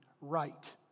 right